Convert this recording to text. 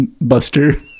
Buster